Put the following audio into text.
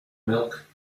milk